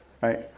Right